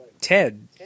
Ted